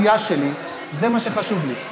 אם הציבור אוהב את העשייה שלי, זה מה שחשוב לי.